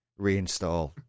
reinstall